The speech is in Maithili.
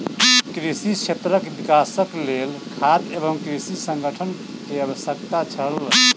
कृषि क्षेत्रक विकासक लेल खाद्य एवं कृषि संगठन के आवश्यकता छल